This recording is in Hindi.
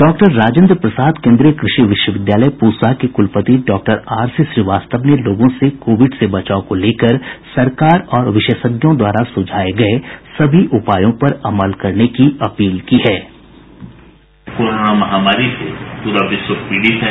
डॉक्टर राजेन्द्र प्रसाद केन्द्रीय कृषि विश्वविद्यालय पूसा के कुलपति डॉक्टर आर सी श्रीवास्तव ने लोगों से कोविड से बचाव को लेकर सरकार और विशेषज्ञों द्वारा सुझाये गये सभी उपायों पर अमल करने की अपील की है